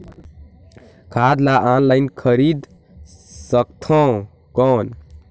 खाद ला ऑनलाइन खरीदे सकथव कौन?